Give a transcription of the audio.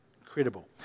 Incredible